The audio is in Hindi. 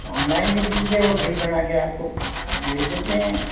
ऑनलाइन कर दीजिए वो बिल बना के आपको भेज देते हैं